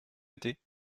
été